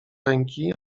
ręki